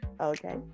Okay